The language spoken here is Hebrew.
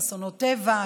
אסונות טבע,